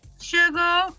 sugar